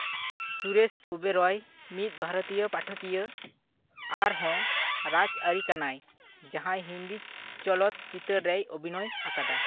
ᱥᱩᱨᱮᱥ ᱳᱵᱮᱨᱚᱭ ᱢᱤᱫ ᱵᱷᱟᱨᱚᱛᱤᱭᱚ ᱯᱟᱴᱷᱚᱠᱤᱭᱟᱹ ᱟᱨᱦᱚᱸ ᱨᱟᱡᱽ ᱟᱹᱨᱤ ᱠᱟᱱᱟᱭ ᱡᱟᱦᱟᱸᱭ ᱦᱤᱱᱫᱤ ᱪᱚᱞᱚᱛ ᱪᱤᱛᱟᱹᱨ ᱨᱮᱭ ᱚᱵᱷᱤᱱᱚᱭ ᱟᱠᱟᱫᱟ